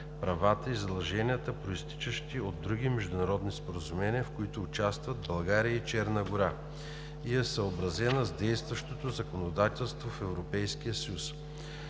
правата и задълженията, произтичащи от други международни споразумения, в които участват България и Черна гора, и е съобразена с действащото законодателство в Европейския съюз.